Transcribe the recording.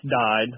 died